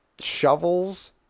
shovels